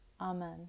Amen